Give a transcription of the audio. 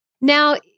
Now